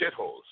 shitholes